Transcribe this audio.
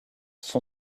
son